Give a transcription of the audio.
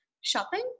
shopping